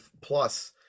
plus